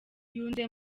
yunze